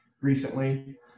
recently